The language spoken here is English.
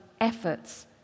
efforts